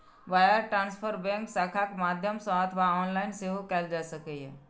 wire transfer bank शाखाक माध्यम सं अथवा ऑनलाइन सेहो कैल जा सकैए